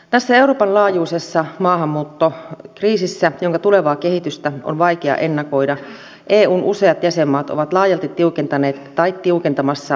tässä euroopan laajuisessa maahanmuuttokriisissä jonka tulevaa kehitystä on vaikea ennakoida eun useat jäsenmaat ovat laajalti tiukentaneet tai tiukentamassa lainsäädäntöään